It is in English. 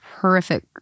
horrific